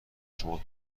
شما